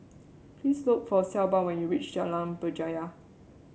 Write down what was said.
please look for Shelba when you reach Jalan Berjaya